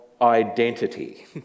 identity